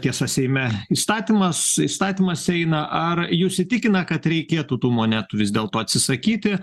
tiesa seime įstatymas įstatymas eina ar jus įtikina kad reikėtų tų monetų vis dėlto atsisakyti